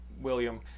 William